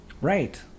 Right